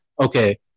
Okay